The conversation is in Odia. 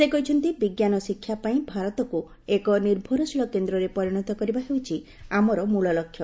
ସେ କହିଛନ୍ତି ବିଜ୍ଞାନ ଶିକ୍ଷାପାଇଁ ଭାରତକୁ ଏକ ନିର୍ଭରଶୀଳ କେନ୍ଦ୍ରରେ ପରିଣତ କରିବା ହେଉଛି ଆମର ମୂଳ ଲକ୍ଷ୍ୟ